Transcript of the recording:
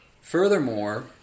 Furthermore